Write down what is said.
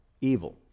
evil